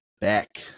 back